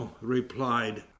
replied